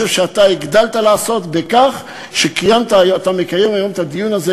אני חושב שאתה הגדלת לעשות בכך שאתה מקיים היום את הדיון הזה.